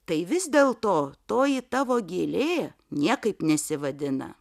tai vis dėlto toji tavo gėlė niekaip nesivadina